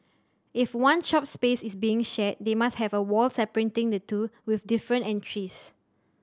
if one shop space is being shared they must have a wall separating the two with different entries